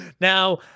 Now